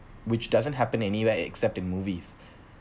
which doesn't happen anywhere except in movies